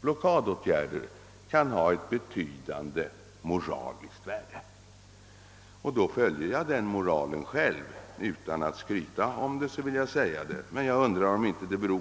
blockadåtgärder kan ha ett betydande moraliskt värde, och utan att skryta om det vill jag säga att jag följer den moralen själv.